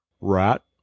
Rat